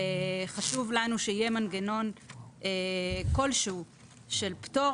חשוב לנו שיהיה מנגנון כלשהו של פטור